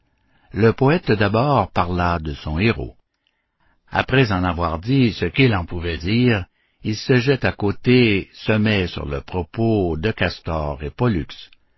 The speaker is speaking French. le poète d'abord parla de son héros après en avoir dit ce qu'il en pouvait dire il se jette à côté se met sur le propos de castor et pollux